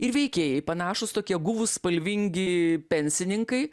ir veikėjai panašūs tokie guvūs spalvingi pensininkai